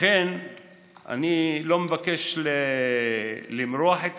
לכן אני לא מבקש למרוח את